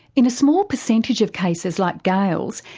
in a small percentage of cases like gail's,